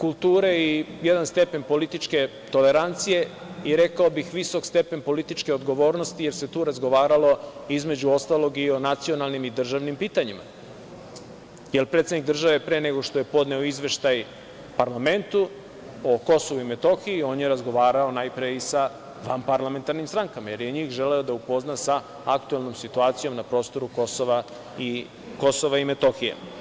kulture i jedan stepen političke tolerancije i rekao bih visok stepen političke odgovornosti, jer su tu razgovaralo, između ostalog, i o nacionalnim i državnim pitanjima, jer predsednik je pre nego što je podneo Izveštaj parlamentu o Kosovu i Metohiji, on je razgovarao najpre i sa vanparlamentarnim strankama, jer je i njih želeo da upozna sa aktuelnom situacijom na prostoru Kosova i Metohije.